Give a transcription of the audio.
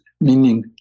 Meaning